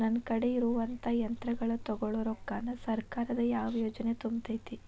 ನನ್ ಕಡೆ ಇರುವಂಥಾ ಯಂತ್ರಗಳ ತೊಗೊಳು ರೊಕ್ಕಾನ್ ಸರ್ಕಾರದ ಯಾವ ಯೋಜನೆ ತುಂಬತೈತಿ?